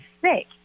sick